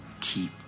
keep